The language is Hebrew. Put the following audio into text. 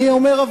אני אומר,